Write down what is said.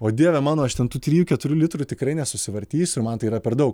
o dieve mano aš ten tų trijų keturių litrų tikrai nesusivartysiu man tai yra per daug